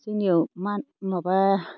जोंनिया माबा